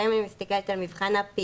גם אם אני מסתכלת על מבחן הפעילות